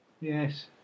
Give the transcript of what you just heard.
yes